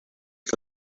que